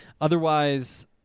otherwise